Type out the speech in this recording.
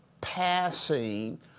Passing